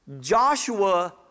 Joshua